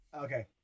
Okay